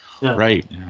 right